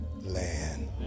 land